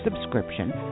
subscription